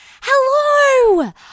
hello